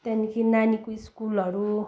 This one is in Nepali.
त्यहाँदेखि नानीको स्कुलहरू